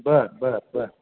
बरं बरं बरं